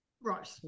Right